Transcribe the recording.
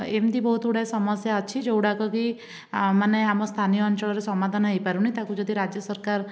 ଏମିତି ବହୁତ ଗୁଡ଼ାଏ ସମସ୍ୟା ଅଛି ଯେଉଁଗୁଡ଼ାକ କି ମାନେ ଆମ ସ୍ଥାନୀୟ ଅଞ୍ଚଳରୁ ସମାଧାନ ହୋଇପାରୁନି ତାକୁ ଯଦି ରାଜ୍ୟ ସରକାର